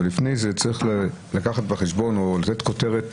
אבל לפני זה צריך לקחת בחשבון או לתת כותרת